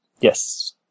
Yes